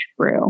True